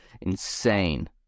insane